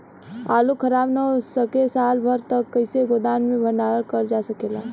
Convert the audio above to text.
आलू खराब न हो सके साल भर तक कइसे गोदाम मे भण्डारण कर जा सकेला?